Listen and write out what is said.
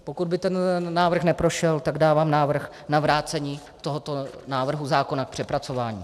Pokud by ten návrh neprošel, tak dávám návrh na vrácení tohoto návrhu zákona k přepracování.